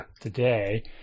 today